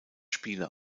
spiele